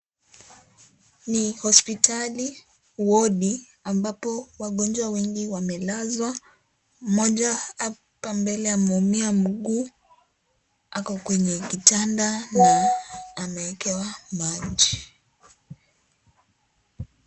Ni hospitali wodi, ambapo wagonjwa wengi wamelazwa. Moja hapa mbele ameumia mguu. Ako kwenye kitanda na amewekewa maji.